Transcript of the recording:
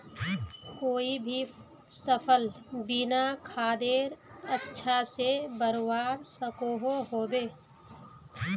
कोई भी सफल बिना खादेर अच्छा से बढ़वार सकोहो होबे?